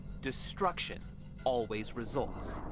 destruction always results.